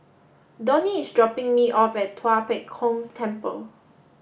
Donny is dropping me off at Tua Pek Kong Temple